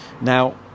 now